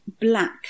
black